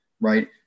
right